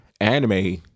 anime